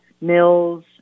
Mills